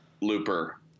looper